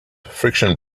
friction